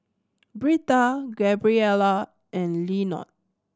Britta Gabriela and Lenord